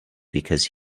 because